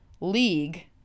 league